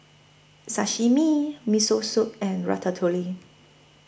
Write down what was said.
Sashimi Miso Soup and Ratatouille